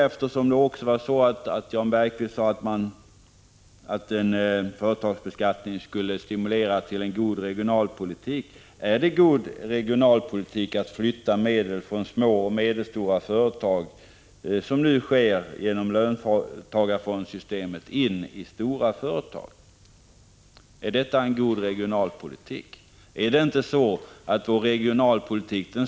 Eftersom Jan Bergqvist sade att en företagsbeskattning borde stimulera till en god regionalpolitik vill jag fråga, om det är god regionalpolitik att som nu genom löntagarfondssystemet flytta medel från små och medelstora företag ini stora företag?